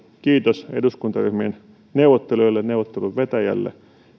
kiitos eduskuntaryhmien neuvottelijoille neuvottelun vetäjälle